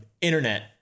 internet